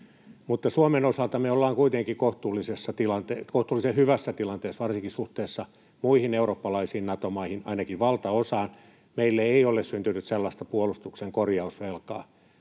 Suomen osalta me ollaan kuitenkin kohtuullisen hyvässä tilanteessa varsinkin suhteessa muihin eurooppalaisiin Nato-maihin, ainakin valtaosaan. Meille ei ole syntynyt sellaista puolustuksen korjausvelkaa,